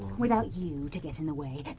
without you to get in the way!